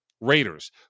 raiders